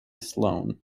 sloane